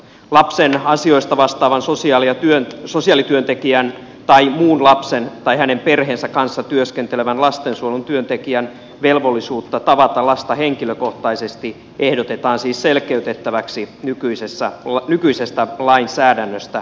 lapsen asioista vastaavan sosiaalityöntekijän tai muun lapsen tai hänen perheensä kanssa työskentelevän lastensuojelun työntekijän velvollisuutta tavata lasta henkilökohtaisesti ehdotetaan siis selkeytettäväksi nykyisestä lainsäädännöstä